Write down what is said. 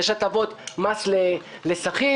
יש הטבות מס לשכיר,